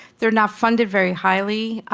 they're not funded very highly.